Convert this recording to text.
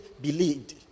believed